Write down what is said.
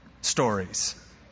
stories